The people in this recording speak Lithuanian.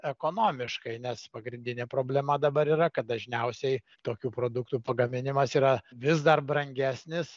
ekonomiškai nes pagrindinė problema dabar yra kad dažniausiai tokių produktų pagaminimas yra vis dar brangesnis